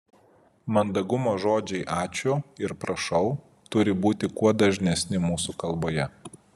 mandagumo žodžiai ačiū ir prašau turi būti kuo dažnesni mūsų kalboje